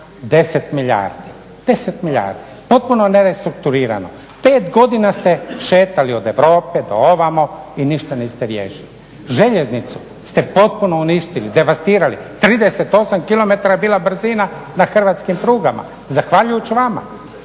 10 milijardi, 10 milijardi potpuno ne restrukturirano, pet godina ste šetali od Europe do ovamo i ništa niste riješili, Željeznicu ste potpuno uništili, devastirali, 38 km je bila brzina na Hrvatskim prugama zahvaljujući vama.